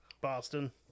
Boston